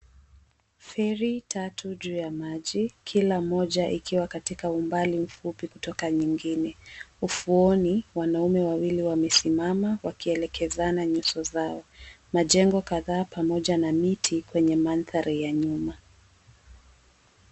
Feri tatu juu ya maji, kila moja ikiwa katika umbali mfupi kutoka nyingine. Ufuoni, wanaume wawili wamesimama wakielekezana nyuso zao. Majengo kadhaa pamoja na miti kwenye mandhari ya nyuma.